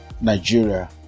nigeria